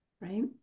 Right